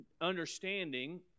Understanding